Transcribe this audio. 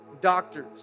doctors